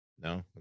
no